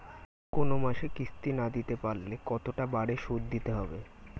কোন মাসে কিস্তি না দিতে পারলে কতটা বাড়ে সুদ দিতে হবে?